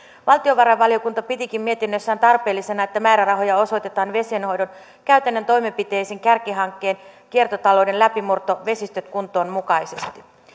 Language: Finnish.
valtiovarainvaliokunta pitääkin mietinnössään tarpeellisena että määrärahoja osoitetaan vesienhoidon käytännön toimenpiteisiin kärkihankkeen kiertotalouden läpimurto vesistöt kuntoon mukaisesti